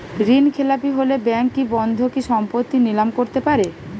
ঋণখেলাপি হলে ব্যাঙ্ক কি বন্ধকি সম্পত্তি নিলাম করতে পারে?